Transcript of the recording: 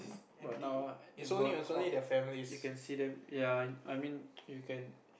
but now ah you got you can see them ya I mean you can